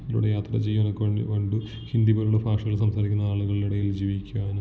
അതിലൂടെ യാത്ര ചെയ്യുവാനും ഒക്കെ കൊണ്ട് ഹിന്ദി പോലെയുള്ള ഭാഷകൾ സംസാരിക്കുന്ന ആളുകളുടെ ഇടയിൽ ജീവിക്കുവാനും